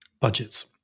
budgets